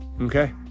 Okay